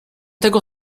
tego